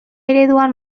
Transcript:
ereduan